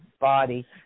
body